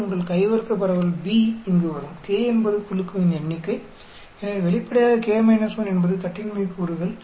மேலும் உங்கள் கை வர்க்க பரவல் b இங்கு வரும் k என்பது குழுவின் எண்ணிக்கை எனவே வெளிப்படையாக k 1 என்பது கட்டின்மை கூறுகள்